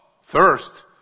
first